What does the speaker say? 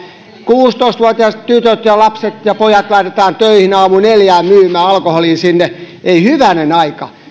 kuusitoista vuotiaat lapset tytöt ja pojat laitetaan töihin aamuneljään myymään alkoholia sinne ei hyvänen aika